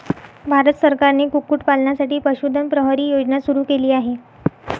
भारत सरकारने कुक्कुटपालनासाठी पशुधन प्रहरी योजना सुरू केली आहे